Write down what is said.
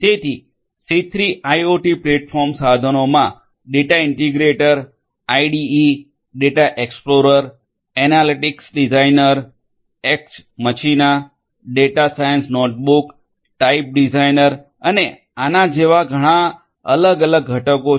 તેથી સી3 IoT platform સાધનોમાં data integrator IDE data explorer analytics designer X machina data science notebook type designer અને આના જેવા ઘણા અલગ અલગ ઘટકો છે